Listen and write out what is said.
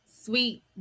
Sweet